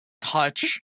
touch